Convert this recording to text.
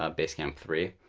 ah basecamp three,